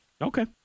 Okay